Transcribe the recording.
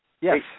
Yes